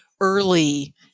early